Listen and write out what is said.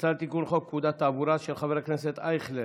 הצעת חוק לתיקון פקודת התעבורה של חבר הכנסת אייכלר.